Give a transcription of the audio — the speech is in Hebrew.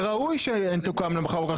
וראוי שתוקם מחר בבוקר.